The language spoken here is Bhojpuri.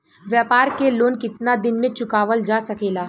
व्यापार के लोन कितना दिन मे चुकावल जा सकेला?